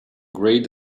great